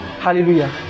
Hallelujah